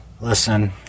Listen